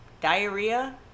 diarrhea